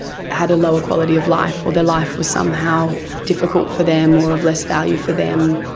had a lower quality of life, or their life was somehow difficult for them or of less value for them.